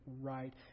right